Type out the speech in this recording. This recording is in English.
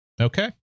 Okay